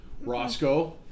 Roscoe